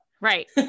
Right